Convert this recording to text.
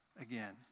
Again